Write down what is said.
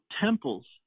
temples